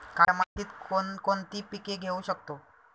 काळ्या मातीत कोणकोणती पिके घेऊ शकतो?